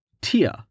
Tier